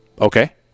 Okay